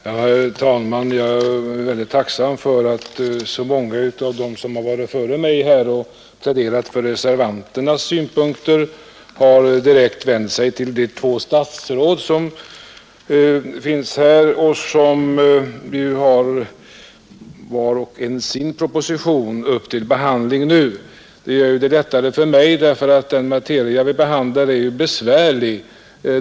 Herr talman! Jag är väldigt tacksam för att så många av dem som har talat före mig och pläderat för reservanternas synpunkter direkt har vänt sig till de två statsråd som finns här och som har var och en sin proposition till behandling. Det gör det lättare för mig, eftersom den materia som vi behandlar är besvärlig.